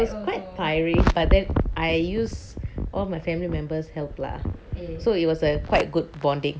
it was quite tiring but then I use all my family members help lah so it was a quite good bonding